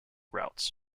routes